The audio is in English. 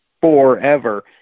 forever